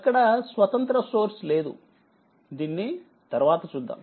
అక్కడ స్వతంత్ర సోర్స్ లేదు దీన్ని తర్వాత చూద్దాం